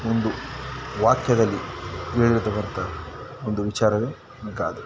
ಒಂದು ವಾಕ್ಯದಲ್ಲಿ ಹೇಳಿರ್ತಕ್ಕಂಥ ಒಂದು ವಿಚಾರವೇ ಗಾದೆ